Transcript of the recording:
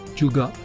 juga